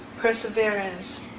perseverance